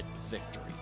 victory